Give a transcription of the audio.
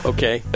Okay